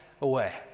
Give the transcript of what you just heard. away